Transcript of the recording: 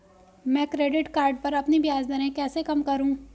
मैं credit card पर अपनी ब्याज दरें कैसे कम करूँ?